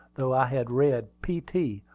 though i had read p. t.